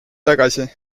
tagasi